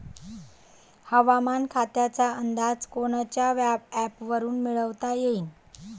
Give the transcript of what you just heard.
हवामान खात्याचा अंदाज कोनच्या ॲपवरुन मिळवता येईन?